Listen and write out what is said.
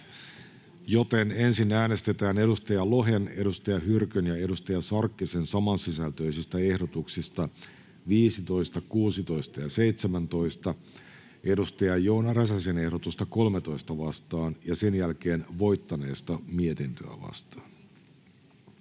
joten ensin äänestetään Markus Lohen, Saara Hyrkön ja Hanna Sarkkisen samansisältöisistä ehdotuksista 15, 16 ja 17 Joona Räsäsen ehdotusta 13 vastaan ja sen jälkeen voittaneesta mietintöä vastaan.